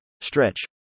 stretch